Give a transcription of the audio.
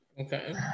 Okay